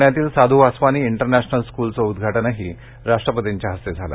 पुण्यातील साधू बासवानी इंटरनेशनल स्कूलचं उद्वाटनही राष्टपतींच्या झालं